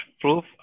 proof